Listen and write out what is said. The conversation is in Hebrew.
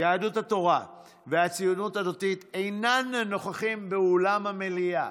יהדות התורה והציונות הדתית אינם נוכחים באולם המליאה.